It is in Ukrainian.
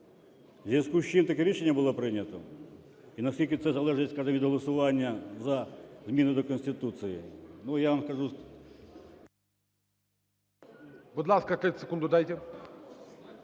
зв'язку з чим таке рішення було прийнято? І наскільки це залежить, скажімо, від голосування за зміни до Конституції,